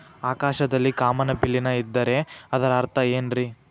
ಆಕಾಶದಲ್ಲಿ ಕಾಮನಬಿಲ್ಲಿನ ಇದ್ದರೆ ಅದರ ಅರ್ಥ ಏನ್ ರಿ?